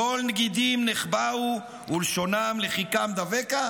"קול נגידים נחבאו ולשונם לחִכָּם דבֵקה".